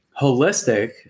Holistic